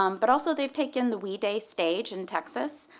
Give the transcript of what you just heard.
um but also they've taken the we day stage in texas.